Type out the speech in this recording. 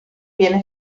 viene